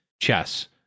chess